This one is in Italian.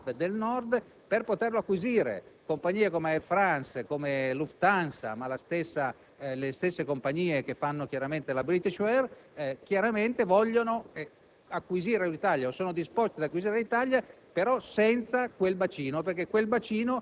a circa 17 milioni di passeggeri. In buona sostanza, credo che le compagnie che sono interessate ad acquisire Alitalia abbiano un fortissimo interesse nei confronti di quel bacino, di conseguenza abbiano